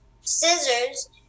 scissors